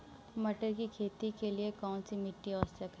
मटर की खेती के लिए कौन सी मिट्टी आवश्यक है?